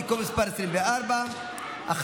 אינה נוכחת,